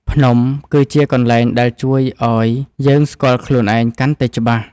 ភ្នំគឺជាកន្លែងដែលជួយឱ្យយើងស្គាល់ខ្លួនឯងកាន់តែច្បាស់។